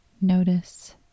notice